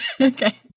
Okay